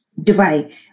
Dubai